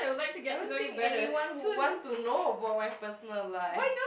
I don't think anyone would want to know about my personal life